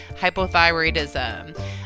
hypothyroidism